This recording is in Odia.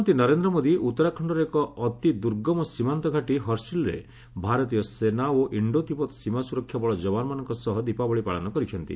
ପ୍ରଧାନମନ୍ତ୍ରୀ ନରେନ୍ଦ୍ର ମୋଦି ଉତ୍ତରାଖଣର ଏକ ଅତି ଦୂର୍ଗମ ସୀମାନ୍ତ ଘାଟି ହରସିଲ୍ରେ ଭାରତୀୟ ସେନା ଓ ଇଷ୍ଡୋ ତିବତ ସୀମା ସ୍ୱରକ୍ଷା ବଳ ଯବାନମାନଙ୍କ ସହ ଦୀପାବଳି ପାଳନ କରିଛନ୍ତି